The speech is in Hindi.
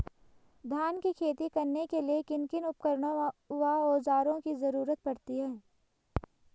धान की खेती करने के लिए किन किन उपकरणों व औज़ारों की जरूरत पड़ती है?